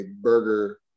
burger